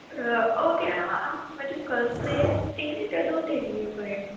okay ma'am آپ مجھے کل سے تین لیٹر دودھ دے دیا کریں